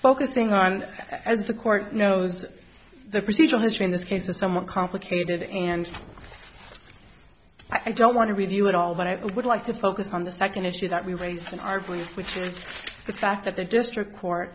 focusing on as the court knows the procedural history in this case is somewhat complicated and i don't want to review it all but i would like to focus on the second issue that we raise our voices which is the fact that the district court